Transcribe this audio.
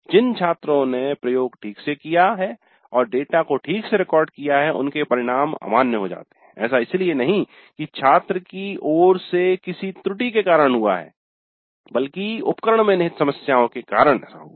जिन छात्रों ने प्रयोग ठीक से किया है और डेटा को ठीक से रिकॉर्ड किया है उनके परिणाम भी अमान्य होते हैं ऐसा इसलिए नहीं कि छात्र की ओर से किसी त्रुटि के कारण ऐसा हुआ है बल्कि उपकरण में निहित समस्याओं के कारण ऐसा हुआ है